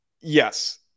Yes